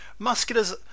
Musculars